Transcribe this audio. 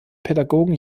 pädagogen